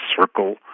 circle